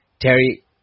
Terry